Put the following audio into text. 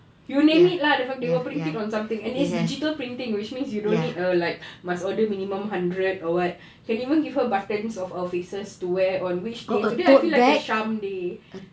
you name it lah they will print it on something and it's digital printing which means you don't need a like must order minimum hundred or what can even give her of our faces to wear on which day today I feel like a sham day